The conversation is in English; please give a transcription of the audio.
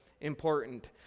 important